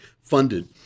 funded